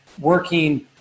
working –